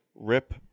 RIP